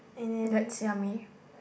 that's yummy